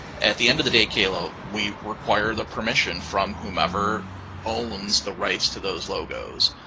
at the end of the day, kayla, we require the permission from whomever owns the rights to those logos.